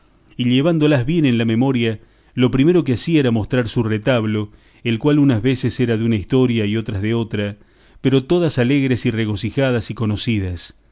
y llevándolas bien en la memoria lo primero que hacía era mostrar su retablo el cual unas veces era de una historia y otras de otra pero todas alegres y regocijadas y conocidas